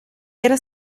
era